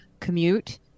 commute